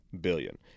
billion